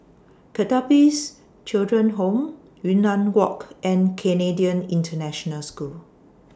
Pertapis Children Home Yunnan Walk and Canadian International School